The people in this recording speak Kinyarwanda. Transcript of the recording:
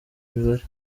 imibare